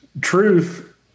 truth